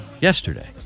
Yesterday